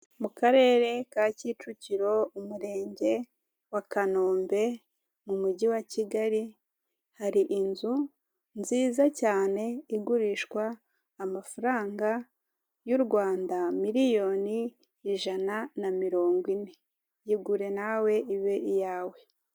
Mu karere ka Kicukiro umurenge wa Kanombe mu mujyi wa Kigali hari inzu nziza cyane igurishwa amafaranga y'u Rwanda miliyoni ijana na mirongo ine yigure nawe ibe iyawe.